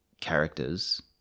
characters